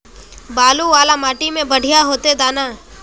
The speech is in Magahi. बालू वाला माटी में बढ़िया होते दाना?